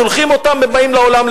שולחים אותם ובאים לעולם,